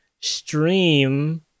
stream